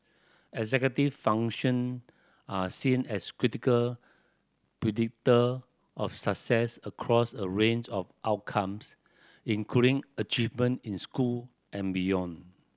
executive function are seen as critical predictor of success across a range of outcomes including achievement in school and beyond